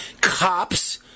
Cops